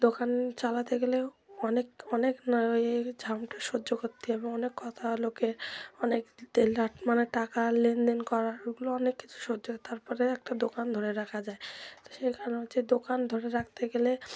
দোকান চালাতে গেলে অনেক অনেক ও ঝামটা সহ্য করতে হবে অনেক কথা লোকের অনেক মানে টাকা লেনদেন করার ওগুলো অনেক কিছু সহ্য তারপরে একটা দোকান ধরে রাখা যায় তো সেই কারণে হচ্ছে দোকান ধরে রাখতে গেলে